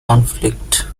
conflict